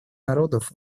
народов